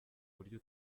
buryo